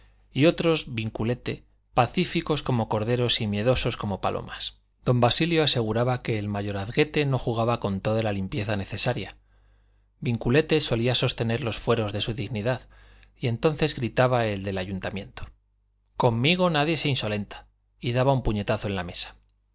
y otros v gr vinculete pacíficos como corderos y miedosos como palomas don basilio aseguraba que el mayorazguete no jugaba con toda la limpieza necesaria vinculete solía sostener los fueros de su dignidad y entonces gritaba el del ayuntamiento conmigo nadie se insolenta y daba un puñetazo en la mesa